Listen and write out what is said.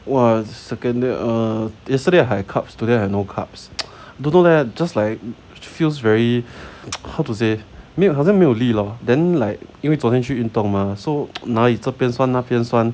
!wah! seconded um yesterday I had carbs today I had no carbs don't know leh just like feels very how to say 没有好像没有力 lor then like 因为昨天去运动 mah so 那里这边酸那边酸